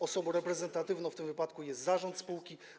Osobą reprezentatywną w tym wypadku jest zarząd spółki.